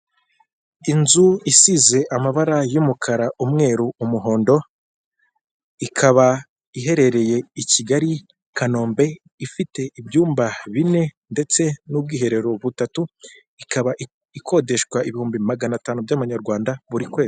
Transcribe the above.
Inzu isize amabara y'umukara umweru, umuhondo ikaba iherereye i Kigali kanombe ifite ibyumba bine ndetse n'ubwiherero butatu ikaba ikodeshwa ibihumbi magana atanu by'amanyarwanda buri kwezi.